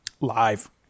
Live